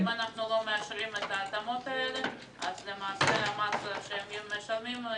אם אנחנו לא מאשרים את ההטבות האלה אז המס שהם ישלמו יקפוץ.